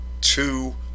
two